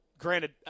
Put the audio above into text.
Granted